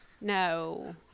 no